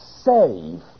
save